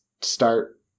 start